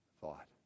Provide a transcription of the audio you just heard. thought